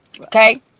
okay